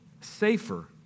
safer